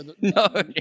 No